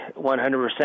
100%